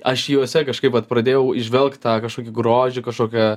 aš juose kažkaip vat pradėjau įžvelgt tą kažkokį grožį kažkokią